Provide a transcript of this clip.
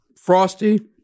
frosty